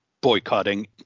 boycotting